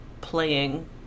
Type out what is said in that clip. playing